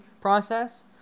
process